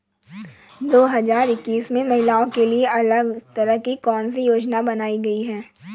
दो हजार इक्कीस में महिलाओं के लिए अलग तरह की कौन सी योजना बनाई गई है?